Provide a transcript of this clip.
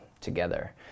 together